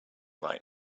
right